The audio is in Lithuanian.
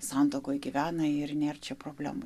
santuokoj gyvena ir nėr čia problemų